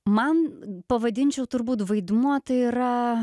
man pavadinčiau turbūt vaidmuo tai yra